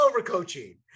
overcoaching